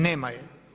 Nema je.